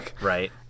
Right